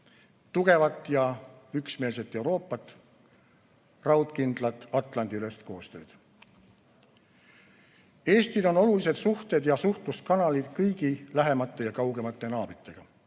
tugevat ja üksmeelset Euroopat, raudkindlat Atlandi-ülest koostööd. Eestile on olulised suhted ja suhtluskanalid kõigi lähemate ja kaugemate naabritega.